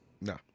no